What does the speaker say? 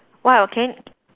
!wah! can